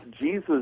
Jesus